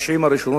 ה-90 הראשונות,